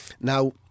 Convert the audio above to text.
Now